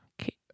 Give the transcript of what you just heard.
Okay